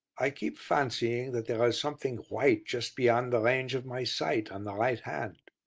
i keep fancying that there is something white just beyond the range of my sight on the right hand.